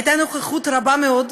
הייתה נוכחות רבה מאוד,